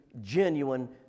genuine